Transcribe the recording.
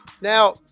Now